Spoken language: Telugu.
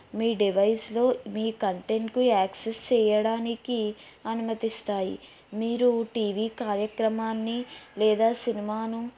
మీ డివైస్లో మీ కంటెంట్కు యాక్సెస్ చేయడానికి అనుమతిస్తాయి మీరు టీవీ కార్యక్రమాన్ని లేదా సినిమాను